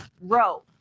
row